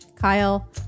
Kyle